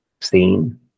seen